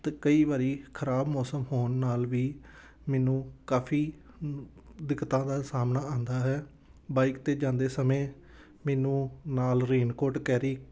ਅਤੇ ਕਈ ਵਾਰ ਖ਼ਰਾਬ ਮੌਸਮ ਹੋਣ ਨਾਲ ਵੀ ਮੈਨੂੰ ਕਾਫ਼ੀ ਦਿੱਕਤਾਂ ਦਾ ਸਾਹਮਣਾ ਆਉਂਦਾ ਹੈ ਬਾਈਕ 'ਤੇ ਜਾਂਦੇ ਸਮੇਂ ਮੈਨੂੰ ਨਾਲ ਰੇਨਕੋਟ ਕੈਰੀ